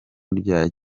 rya